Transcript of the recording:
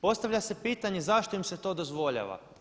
Postavlja se pitanje zašto im se to dozvoljava?